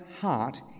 heart